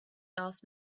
last